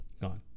Gone